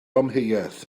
amheuaeth